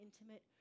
intimate